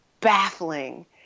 baffling